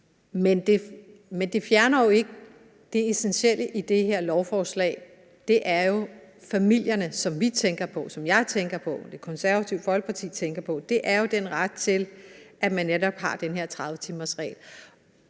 Men det fjerner jo ikke det essentielle i det her lovforslag. Det er jo familierne, som vi tænker på – som jeg tænker på, og som Det Konservative Folkeparti tænker på. Det er jo den ret til, at man netop har den her 30-timersregel.